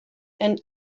and